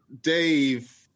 Dave